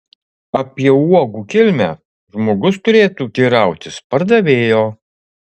apie uogų kilmę žmogus turėtų teirautis pardavėjo